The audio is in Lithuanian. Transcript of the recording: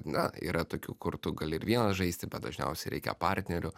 na yra tokių kur tu gali ir vienas žaisti bet dažniausiai reikia partnerių